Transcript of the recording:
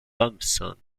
thompson